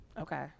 Okay